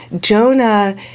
Jonah